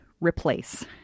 replace